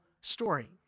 story